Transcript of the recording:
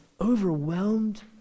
overwhelmed